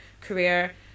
career